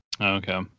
Okay